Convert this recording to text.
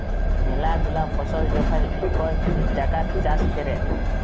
ম্যালা গুলা ফসল যখল ইকই জাগাত চাষ ক্যরে